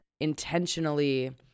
intentionally